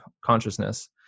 consciousness